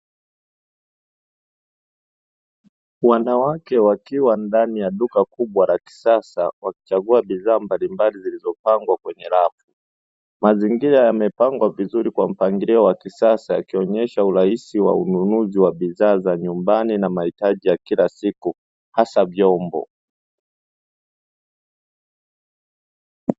Wanawake wakiwa ndani ya duka kubwa la kisasa wakichagua bidhaa mbalimbali zilizopangwa kwenye rafu, mazingira yamepangwa vizuri kwa mpangilio wa kisasa akionyesha urahisi wa ununuzi wa bidhaa za nyumbani na mahitaji ya kila siku hasa vyombo.